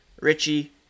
Richie